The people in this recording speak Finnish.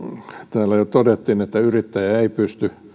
täällä jo todettiin että yrittäjä ei pysty